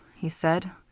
he said.